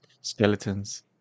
Skeletons